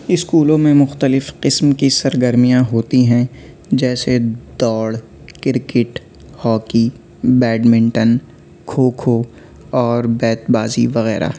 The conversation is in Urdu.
اسکولوں میں مختلف قسم کی سرگرمیاں ہوتی ہیں جیسے دوڑ کرکٹ ہاکی بیڈمنٹن کھوکھو اور بیت بازی وغیرہ